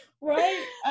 right